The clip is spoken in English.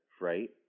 right